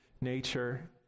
nature